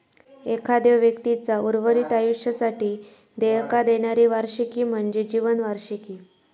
एखाद्यो व्यक्तीचा उर्वरित आयुष्यासाठी देयका देणारी वार्षिकी म्हणजे जीवन वार्षिकी